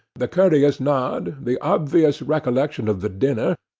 the courteous nod, the obvious recollection of the dinner,